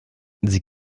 sie